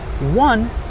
One